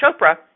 Chopra